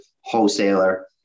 wholesaler